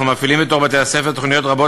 אנחנו מפעילים בתוך בתי-הספר תוכניות רבות